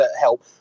help